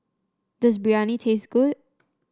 does Biryani taste good